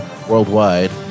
Worldwide